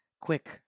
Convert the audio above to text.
quick